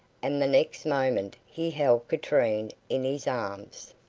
and the next moment he held katrine in his arms.